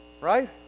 Right